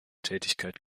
tätigkeit